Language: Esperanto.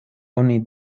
oni